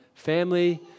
family